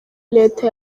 leta